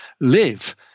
live